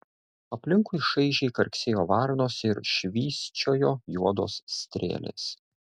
aplinkui šaižiai karksėjo varnos ir švysčiojo juodos strėlės